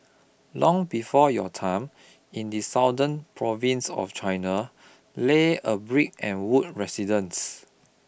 long before your time in the southern province of China lay a brick and wood residence